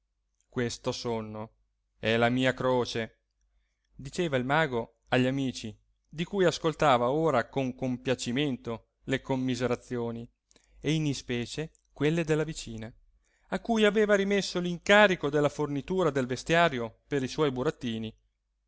questo sonno è la mia croce diceva il mago a gli amici di cui ascoltava ora con compiacimento le commiserazioni e in ispecie quelle della vicina a cui aveva rimesso l'incarico della fornitura del vestiario per i suoi burattini